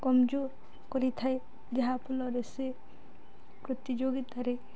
କମଜୋର କରିଥାଏ ଯାହାଫଳରେ ପ୍ରତିଯୋଗିତାରେ